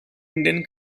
indian